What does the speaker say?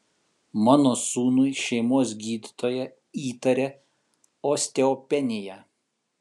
mano sūnui šeimos gydytoja įtaria osteopeniją